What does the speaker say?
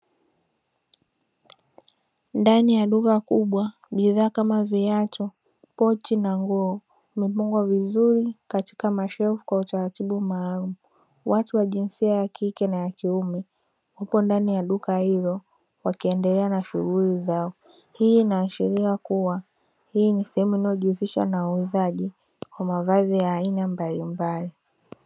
Ndani ya duka kubwa bidhaa kama viatu, pochi na nguo, zimefungwa vizuri katika mashelfu kwa utaratibu maalumu, watu wa jinsia ya kike na ya kiume wapo ndani ya duka hilo wakiendelea na shughuli zao, hii inaashiria kuwa hii ni sehemu inayojihusisha na uuzaji wa mavazi ya aina mbalimbali.